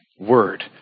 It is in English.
word